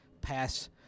pass